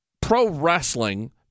pro-wrestling